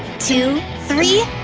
two, three,